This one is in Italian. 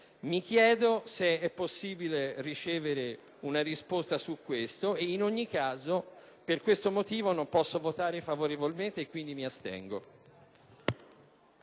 Mi chiedo se sia possibile ricevere una risposta in merito e, in ogni caso, per questo motivo non posso votare favorevolmente, quindi mi astengo.